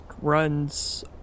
runs